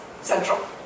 central